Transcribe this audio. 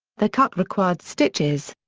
the cut required stitches.